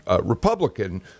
Republican